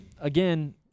Again